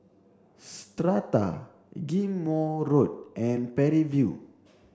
Strata Ghim Moh Road and Parry View